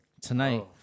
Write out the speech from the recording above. Tonight